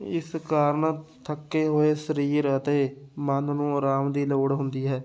ਇਸ ਕਾਰਨ ਥੱਕੇ ਹੋਏ ਸਰੀਰ ਅਤੇ ਮਨ ਨੂੰ ਆਰਾਮ ਦੀ ਲੋੜ ਹੁੰਦੀ ਹੈ